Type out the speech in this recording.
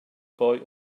boy